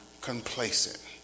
complacent